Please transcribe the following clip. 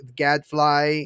gadfly